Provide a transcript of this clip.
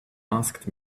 asked